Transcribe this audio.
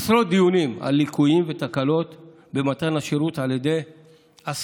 היו עשרות דיונים על ליקויים ותקלות במתן השירות על ידי הספק.